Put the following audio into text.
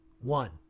One